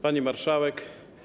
Pani Marszałek!